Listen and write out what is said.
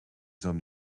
hommes